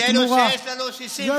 ההבדל הוא שיש לנו 64 בלי הערבים,